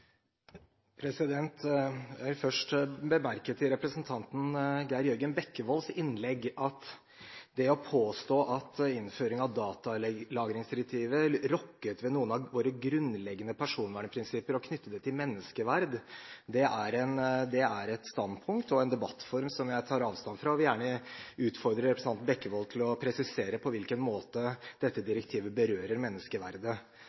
skoleledelse. Jeg vil først bemerke til representanten Geir Jørgen Bekkevolds innlegg at å påstå at innføring av datalagringsdirektivet har rokket ved noen av våre grunnleggende personvernprinsipper og knytte det til menneskeverd, er et standpunkt og en debattform jeg tar avstand fra. Jeg vil gjerne utfordre representanten Bekkevold til å presisere på hvilken måte dette direktivet berører menneskeverdet.